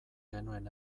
genuen